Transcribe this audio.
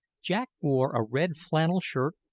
jack wore a red flannel shirt,